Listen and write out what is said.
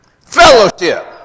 fellowship